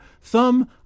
thumb